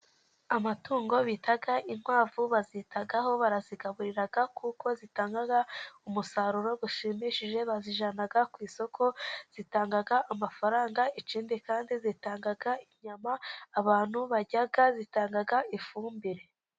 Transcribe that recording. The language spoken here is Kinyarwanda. Amatungo bita inkwavu bazitaho barazigaburira kuko zitanga umusaruro ushimishije, bazijyana ku isoko, zitanga amafaranga ikindi kandi zitanga inyama abantu barya, zitanga ifumbire.